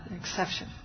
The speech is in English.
exception